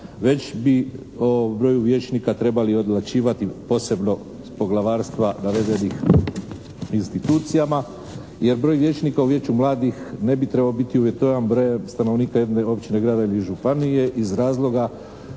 već bi broju vijećnika trebali odlučivati posebno poglavarstva navedenih institucija jer broj vijećnika u vijeću mladih ne bi trebao biti uvjetovan brojem stanovnika jedne općine, grada ili županije iz razloga